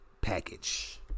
package